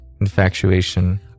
infatuation